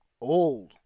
old